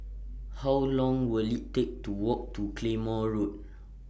How Long Will IT Take to Walk to Claymore Road